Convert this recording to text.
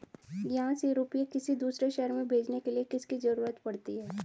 यहाँ से रुपये किसी दूसरे शहर में भेजने के लिए किसकी जरूरत पड़ती है?